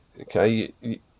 Okay